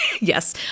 yes